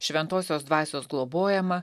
šventosios dvasios globojama